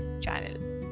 channel